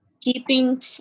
keeping